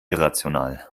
irrational